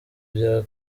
bya